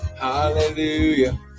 Hallelujah